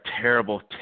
terrible